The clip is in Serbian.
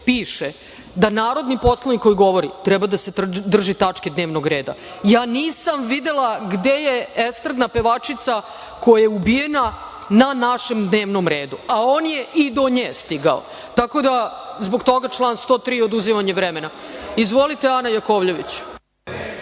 piše da narodni poslanik koji govori treba da se drži tačke dnevnog reda. Ja nisam videla gde je estradna pevačica koja je ubijena na našem dnevnom redu, a on je i do nje stigao. Tako da, zbog toga član 103. oduzimanje vremena. Izvolite, reč ima Ana Jakovljević.